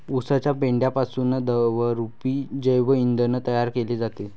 उसाच्या पेंढ्यापासून द्रवरूप जैव इंधन तयार केले जाते